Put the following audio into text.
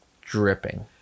dripping